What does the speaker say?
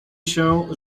się